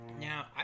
Now